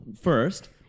First